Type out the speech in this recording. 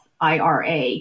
IRA